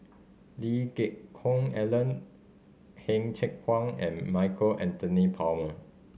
Lee Geck Hoon Ellen Heng Cheng Hwa and Michael Anthony Palmer